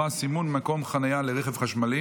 (מעצר וחיפוש) (שלילת הסכמה כהיתר לחיפוש בחומר מחשב),